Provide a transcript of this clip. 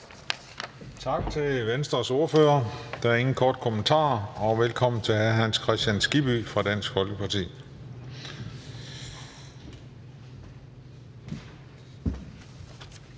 Tak til Venstres ordfører. Der er ingen korte bemærkninger. Velkommen til hr. Hans Kristian Skibby fra Dansk Folkeparti.